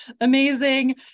amazing